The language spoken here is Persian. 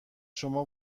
شما